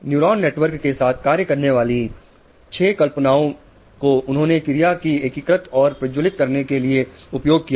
neural network के साथ कार्य करने वाली 6 कल्पनाओं को उन्होंने क्रिया को एकीकृत और प्रज्वलित करने के लिए उपयोग किया